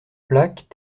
plaques